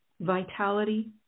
vitality